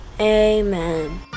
Amen